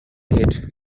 late